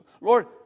Lord